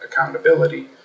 accountability